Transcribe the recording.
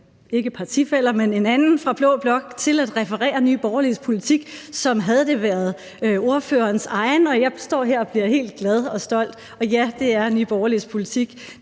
ikke partifæller, men en anden fra blå blok til at referere Nye Borgerliges politik, som havde det været spørgerens egen, og jeg står her og bliver helt glad og stolt, og ja, det er Nye Borgerliges politik.